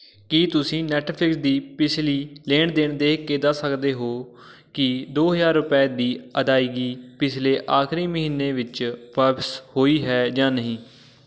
ਕੀ ਤੁਸੀਂ ਨੈੱਟਫ਼ਿਲਸ ਦੀ ਪਿਛਲੀ ਲੈਣ ਦੇਣ ਦੇਖ ਕੇ ਦੱਸ ਸਕਦੇ ਹੋ ਕਿ ਦੋ ਹਜ਼ਾਰ ਰੁਪਏ ਦੀ ਅਦਾਇਗੀ ਪਿਛਲੇ ਆਖਰੀ ਮਹੀਨੇ ਵਿੱਚ ਵਾਪਸ ਹੋਈ ਹੈ ਜਾਂ ਨਹੀਂ